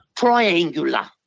Triangular